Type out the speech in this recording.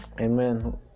Amen